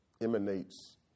emanates